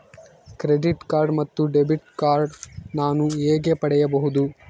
Credit card ಮತ್ತು debit card ನಾನು ಹೇಗೆ ಪಡೆಯಬಹುದು?